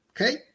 okay